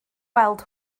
gweld